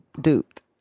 duped